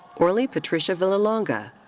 orly patricia villalonga.